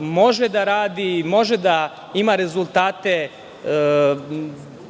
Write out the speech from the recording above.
može da radi i da ima rezultate,